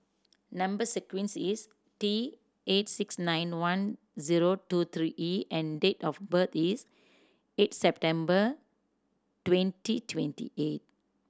number sequence is T eight six nine one zero two three E and date of birth is eight September twenty twenty eight